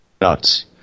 nuts